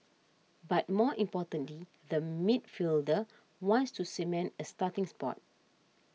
but more importantly the midfielder wants to cement a starting spot